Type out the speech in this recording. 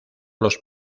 los